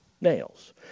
nails